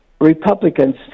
Republicans